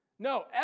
No